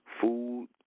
Food